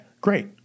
Great